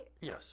Yes